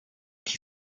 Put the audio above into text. qui